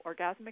orgasmic